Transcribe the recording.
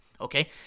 okay